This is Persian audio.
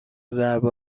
ضربه